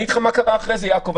אני אגיד לך מה קרה אחרי זה, יעקב.